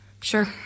Sure